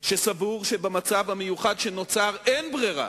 סבורים שבמצב המיוחד שנוצר אין ברירה